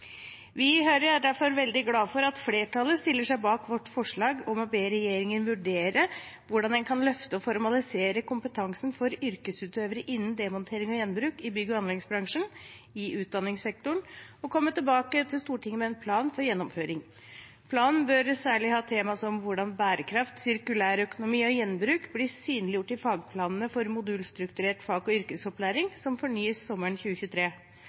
Vi i Høyre er derfor veldig glade for at flertallet stiller seg bak vårt forslag om å be regjeringen «vurdere korleis ein kan løfte og formalisere kompetansen for yrkesutøvarar innan demontering og gjenbruk i bygg- og anleggsbransjen i utdanningssektoren, og komme tilbake til Stortinget med ein plan for gjennomføring. Planen bør særleg ha tema som: – korleis berekraft, sirkulærøkonomi og gjenbruk blir synleggjort i fagplanane for modulstrukturert fag- og yrkesopplæring, som skal fornyast sommaren